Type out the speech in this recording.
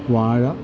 വാഴ